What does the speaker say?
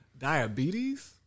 Diabetes